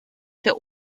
der